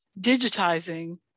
digitizing